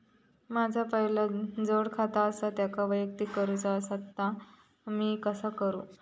माझा पहिला जोडखाता आसा त्याका वैयक्तिक करूचा असा ता मी कसा करू?